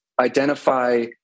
identify